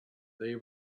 they